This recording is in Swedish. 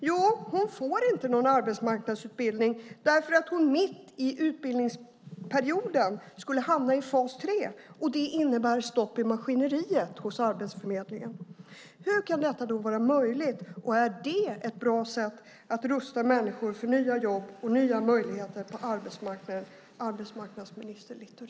Jo, hon får inte någon arbetsmarknadsutbildning därför att hon mitt i utbildningsperioden skulle hamna i fas 3, och det innebär stopp i maskineriet hos Arbetsförmedlingen. Hur kan detta vara möjligt? Är det ett bra sätt att rusta människor för nya jobb och nya möjligheter på arbetsmarknaden, arbetsmarknadsminister Littorin?